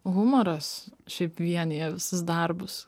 humoras šiaip vienija visus darbus